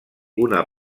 una